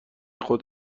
خود